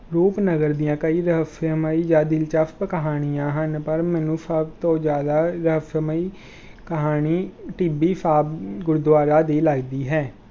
ਰੂਪਨਗਰ ਦੀਆਂ ਕਈ ਰਹੱਸਮਈ ਜਾਂ ਦਿਲਚਸਪ ਕਹਾਣੀਆਂ ਹਨ ਪਰ ਮੈਨੂੰ ਸੱਭ ਤੋਂ ਜ਼ਿਆਦਾ ਰਹੱਸਮਈ ਕਹਾਣੀ ਟਿੱਬੀ ਸਾਹਿਬ ਗੁਰਦੁਆਰਾ ਦੀ ਲੱਗਦੀ ਹੈ